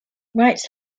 rights